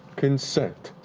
consent.